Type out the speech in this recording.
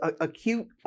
acute